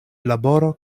laboro